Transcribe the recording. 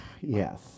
Yes